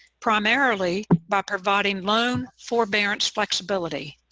primarily by providing loan forbearance flexibility.